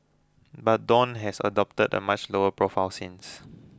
but Dawn has adopted a much lower profile since